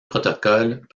protocoles